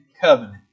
covenant